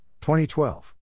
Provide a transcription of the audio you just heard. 2012